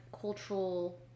cultural